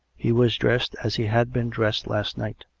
he was dressed as he had been dressed last night,